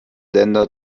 länder